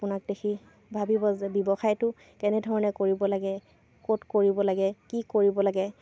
আপোনাক দেখি ভাবিব যে ব্যৱসায়টো কেনেধৰণে কৰিব লাগে ক'ত কৰিব লাগে কি কৰিব লাগে